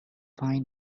find